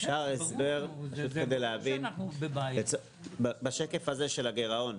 אפשר לקבל הסבר כדי להבין, בשקף של הגרעון.